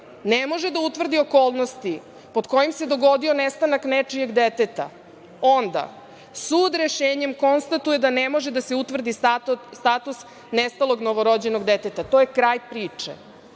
ne može da utvrdi okolnosti pod kojim se dogodio nestanak nečijeg deteta, onda sud rešenjem konstatuje da ne može da se utvrdi status nestalog novorođenog deteta. To je kraj priče,